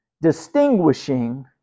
distinguishing